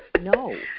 No